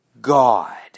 God